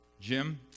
Jim